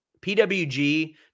PWG